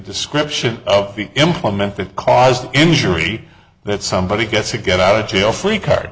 description of implementing caused injury that somebody gets a get out of jail free car